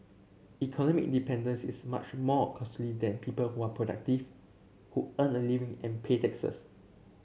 economic dependence is much more costly than people who are productive who earn a living and pay taxes